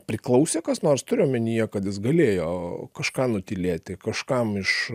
priklausė kas nors turiu omenyje kad jis galėjo kažką nutylėti kažkam iš